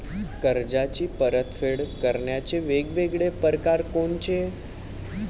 कर्जाची परतफेड करण्याचे वेगवेगळ परकार कोनचे?